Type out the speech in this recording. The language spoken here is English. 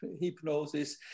hypnosis